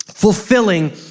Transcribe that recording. fulfilling